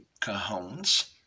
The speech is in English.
Cajones